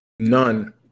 None